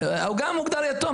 הוא גם מוגדר יתום.